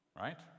right